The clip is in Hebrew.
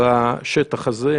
בשטח הזה,